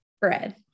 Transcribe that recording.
bread